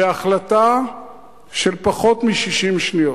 בהחלטה של פחות מ-60 שניות.